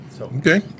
Okay